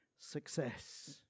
success